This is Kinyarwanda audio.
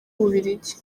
bubiligi